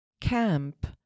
camp